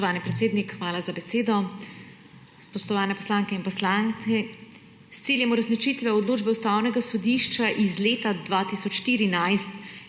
Spoštovani predsednik, hvala za besedo. Spoštovani poslanke in poslanci! S ciljem uresničitve odločbe Ustavnega sodišča iz leta 2014